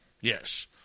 yes